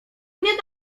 mnie